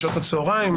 בשעות הצוהריים.